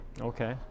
Okay